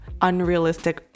unrealistic